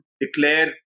declare